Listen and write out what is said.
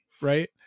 right